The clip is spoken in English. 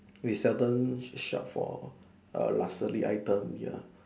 we seldom shop for err luxury item ya